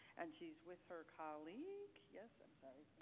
and she's with her colleague. yes, i'm sorry?